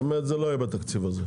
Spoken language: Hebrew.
זאת אומרת, זה לא יהיה בתקציב הזה.